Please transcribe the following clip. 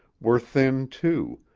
were thin, too,